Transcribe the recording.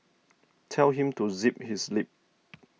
tell him to zip his lip